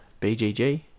BGG